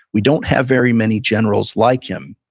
we don't have very many generals like him.